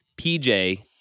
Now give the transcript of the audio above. PJ